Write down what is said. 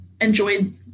enjoyed